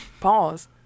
Pause